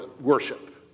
worship